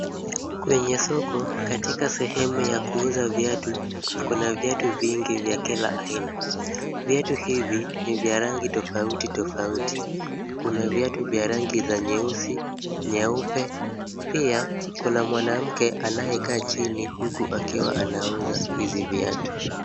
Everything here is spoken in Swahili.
Kwenye soko, katika sehemu ya kuuza viatu, kuna viatu vingi vya kila aina. Viatu hivi ni vya rangi tofauti tofauti. Kuna viatu vya rangi za nyeusi, nyeupe, pia. Kuna mwanamke anayekaa chini huku akiwa anaoza hizi viatu.